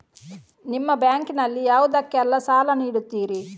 ನಿಮ್ಮ ಬ್ಯಾಂಕ್ ನಲ್ಲಿ ಯಾವುದೇಲ್ಲಕ್ಕೆ ಸಾಲ ನೀಡುತ್ತಿರಿ?